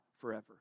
forever